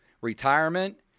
retirement